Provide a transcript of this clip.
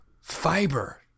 Fiber